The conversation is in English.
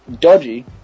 dodgy